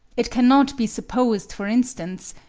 it cannot be supposed, for instance,